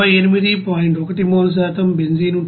1 mole శాతం benzene ఉంటుంది